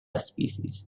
species